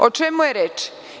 O čemu je reč?